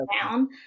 down